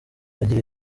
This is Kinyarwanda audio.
agira